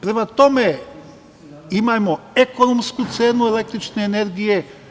Prema tome, imajmo ekonomsku cenu električne energije.